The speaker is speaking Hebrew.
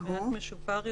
שהוא מעט משופר יותר.